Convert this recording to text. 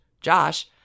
Josh